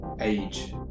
age